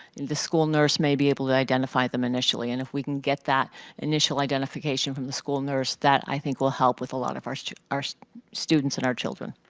and the school nurse may be able to identify them initially, and if we can get that initial identifications from the school nurse, that i think will help with a lot of our so our students and our children.